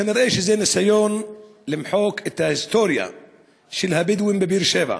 נראה שזה ניסיון למחוק את ההיסטוריה של הבדואים בבאר-שבע.